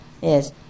Yes